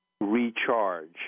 recharge